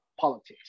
politics